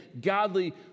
godly